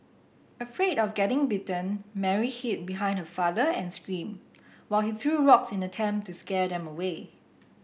afraid of getting bitten Mary hid behind her father and screamed while he threw rocks in an attempt to scare them away